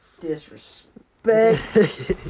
Disrespect